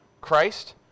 Christ